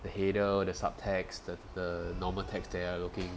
the header the subtext the the normal text they are looking